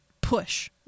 push